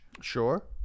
Sure